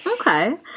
Okay